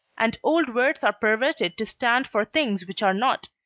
and old words are perverted to stand for things which are not